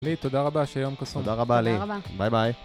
לי תודה רבה, שיהיה יום קסום. תודה רבה לי. ביי ביי.